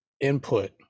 input